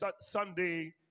Sunday